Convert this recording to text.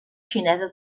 xinesa